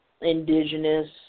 indigenous